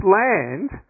land